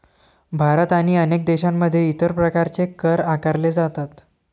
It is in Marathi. भारत आणि अनेक देशांमध्ये इतर प्रकारचे कर आकारले जातात